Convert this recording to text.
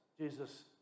Jesus